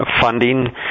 funding